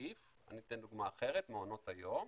אני אתן דוגמה אחרת, מעונות היום.